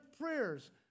prayers